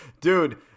Dude